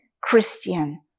christian